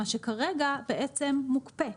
מה שכרגע בעצם מוקפא.